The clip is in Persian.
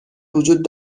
وجود